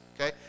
Okay